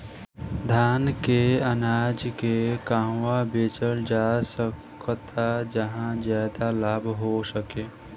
धान के अनाज के कहवा बेचल जा सकता जहाँ ज्यादा लाभ हो सके?